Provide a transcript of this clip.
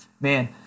man